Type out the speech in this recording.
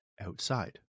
outside